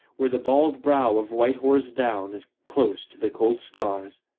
where the bald brow of white horse down is close to the cold stars.